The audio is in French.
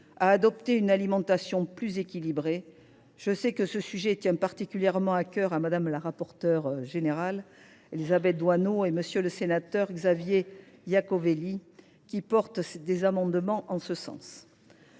à adopter une alimentation plus équilibrée. Je sais que ce sujet tient particulièrement à cœur à Mme la rapporteure générale, Élisabeth Doineau, et à M. le sénateur Xavier Iacovelli, qui défendent des amendements en ce sens.